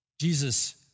Jesus